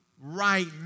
right